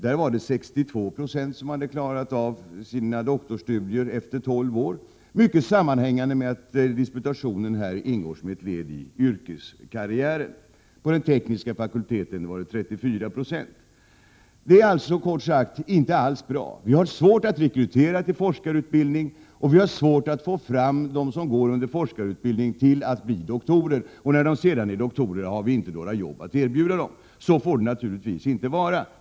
Där hade 62 Ye klarat av sina doktorsstudier efter 12 år, mycket sammanhängande med att disputationen ingår som ett led i yrkeskarriären. Vid den tekniska fakulteten var siffran 34 90. Det är kort sagt inte alls bra. Vi har svårt att rekrytera till forskarutbildning, och vi har svårt att till doktorsexamen få fram dem som befinner sig i forskarutbildning. När de sedan blivit doktorer har vi inte längre arbeten att erbjuda dem. Så får det naturligtvis inte vara.